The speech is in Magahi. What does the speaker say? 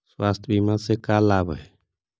स्वास्थ्य बीमा से का लाभ है?